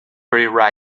free